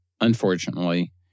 Unfortunately